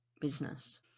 business